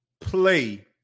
play